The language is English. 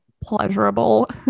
pleasurable